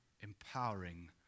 empowering